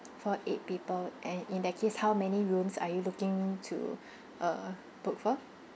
for eight people and in that case how many rooms are you looking to uh book for